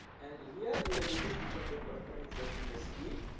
and here, we are getting this one, the corresponding force in the steel